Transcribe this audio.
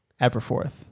Everforth